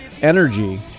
energy